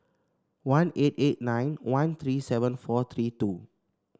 one eight eight nine one three seven four three two